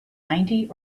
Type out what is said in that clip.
ninety